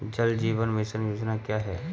जल जीवन मिशन योजना क्या है?